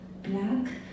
black